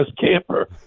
camper